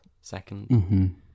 second